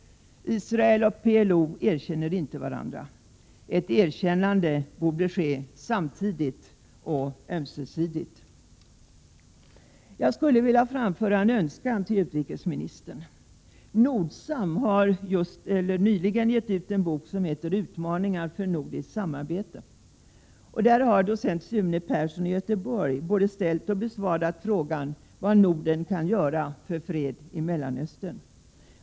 Israel och PLO erkänner inte varandra. Ett erkännande borde ske samtidigt och ömsesidigt. Jag skulle vilja framföra en önskan till utrikesministern. Nordsam har nyligen gett ut en bok som heter ”Utmaningar för Nordiskt samarbete”. I den har docent Sune Persson i Göteborg både ställt och besvarat frågan om vad Norden kan göra för fred i Mellanöstern.